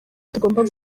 tugomba